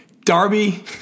Darby